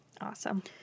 Awesome